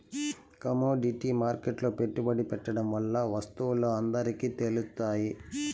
commodity మార్కెట్లో పెట్టుబడి పెట్టడం వల్ల వత్తువులు అందరికి తెలుత్తాయి